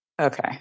okay